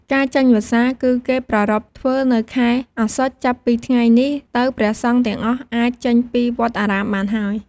ការចេញវស្សា គឺគេប្រារព្ធធ្វើនៅខែ អស្សុច ចាប់ពីថ្ងៃនេះទៅព្រះសង្ឃទាំងអស់អាចចេញពីវត្តអារាមបានហើយ។